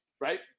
Right